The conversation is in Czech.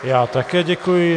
Já také děkuji.